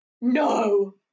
No